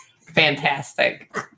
fantastic